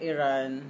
Iran